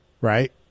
Right